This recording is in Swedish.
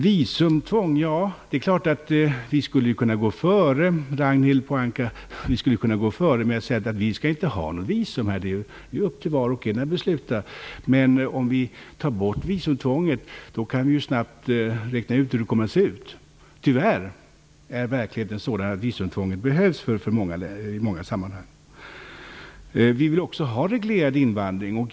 Visumtvång: Det är klart att vi skulle kunna gå före, Ragnhild Pohanka, genom att säga att vi inte skall ha något visumtvång här. Det är ju upp till var och en att besluta. Men om vi tar bort visumtvånget kan vi snabbt räkna ut hur det kommer att se ut. Tyvärr är verkligheten sådan att visumtvånget behövs i många sammanhang. Vi vill också ha reglerad invandring.